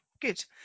good